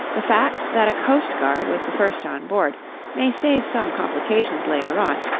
the fact that a coastguard was the first on board may save some complications, later on,